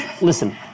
Listen